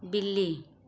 बिल्ली